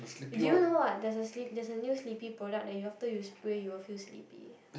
do you know what there's a sleep there's a new sleepy product that after you spray you will feel sleepy